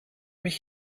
mich